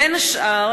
בין השאר,